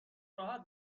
راحت